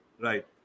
right